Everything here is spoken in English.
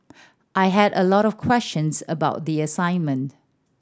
I had a lot of questions about the assignment